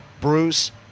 Bruce